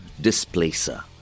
displacer